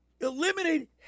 eliminate